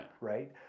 right